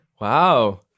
Wow